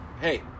hey